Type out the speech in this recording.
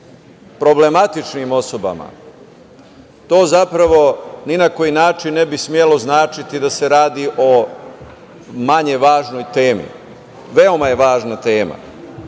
problematičnim osobama, to zapravo ni na koji način ne bi smelo značiti da se radi o manje važnoj temi. Veoma je važna tema.